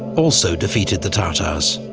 also defeated the tartars.